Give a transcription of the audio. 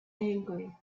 angry